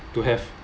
to have